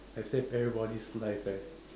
I saved everybody's life eh